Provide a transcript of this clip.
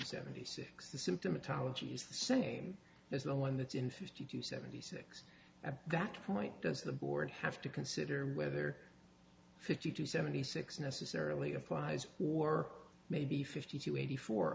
seventy six the symptomatology is the same as the one that's in fifty to seventy six at that point does the board have to consider whether fifty two seventy six necessarily applies or maybe fifty to eighty four